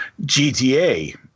GTA